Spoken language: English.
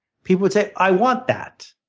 people would say, i want that.